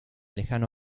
lejano